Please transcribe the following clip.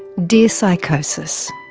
dear psychosis,